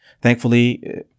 thankfully